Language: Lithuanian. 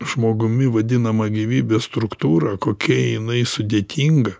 žmogumi vadinama gyvybės struktūra kokia jinai sudėtinga